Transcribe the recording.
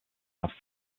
have